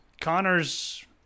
Connors